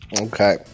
Okay